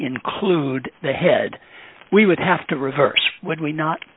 include the head we would have to reverse would we not